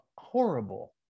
horrible